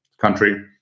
country